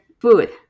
food